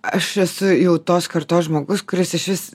aš esu jau tos kartos žmogus kuris išvis